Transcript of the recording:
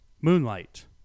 Moonlight